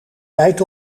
tijd